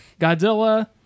Godzilla